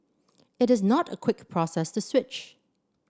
it is not a quick process to switch